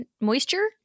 moisture